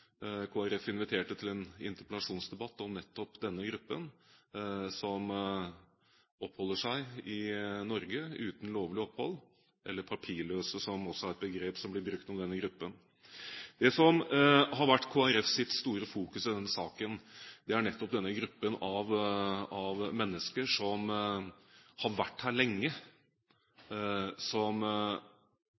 Folkeparti inviterte til en interpellasjonsdebatt om nettopp denne gruppen som oppholder seg i Norge uten lovlig opphold, eller papirløse, som også er et begrep som man bruker om denne gruppen. Det som har vært Kristelig Folkepartis store fokus i denne saken, er nettopp denne gruppen mennesker som har vært her lenge, som